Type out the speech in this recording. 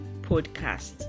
podcast